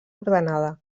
ordenada